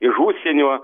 iš užsienio